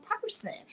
person